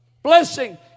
Blessing